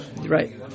right